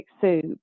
soup